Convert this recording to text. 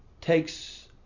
takes